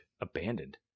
abandoned